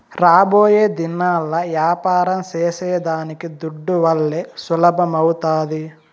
రాబోయేదినాల్ల యాపారం సేసేదానికి దుడ్డువల్లే సులభమౌతాది